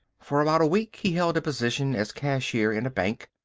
for about a week he held a position as cashier in a bank.